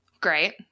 Great